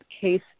case